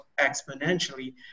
exponentially